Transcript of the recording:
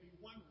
one